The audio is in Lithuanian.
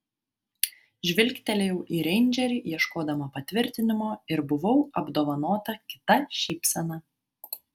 žvilgtelėjau į reindžerį ieškodama patvirtinimo ir buvau apdovanota kita šypsena